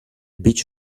beach